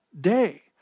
day